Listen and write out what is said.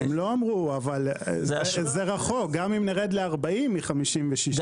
הם לא אמרו, זה רחוק גם אם נרד ל-40 מ-56.